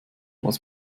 was